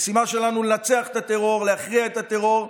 המשימה שלנו היא לנצח את הטרור, להכריע את הטרור.